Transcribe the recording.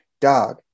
Dog